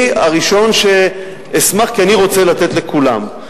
אני הראשון שאשמח, כי אני רוצה לתת לכולם.